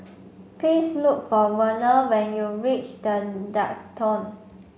please look for Verner when you reach The Duxton